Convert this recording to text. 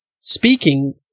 speaking